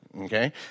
Okay